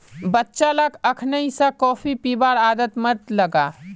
बच्चा लाक अखनइ स कॉफी पीबार आदत मत लगा